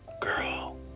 Girl